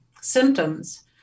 symptoms